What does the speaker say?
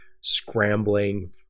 Scrambling